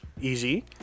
easy